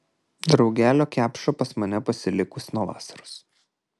draugelio kepša pas mane pasilikus nuo vasaros